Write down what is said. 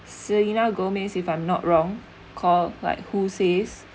selena gomez if I'm not wrong called like who says